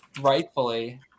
rightfully